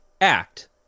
act